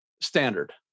standard